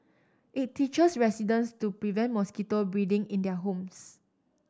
it teaches residents to prevent mosquito breeding in their homes